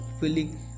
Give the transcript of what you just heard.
filling